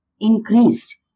increased